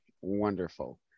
Wonderful